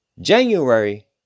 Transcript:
January